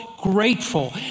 grateful